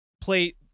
play